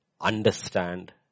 understand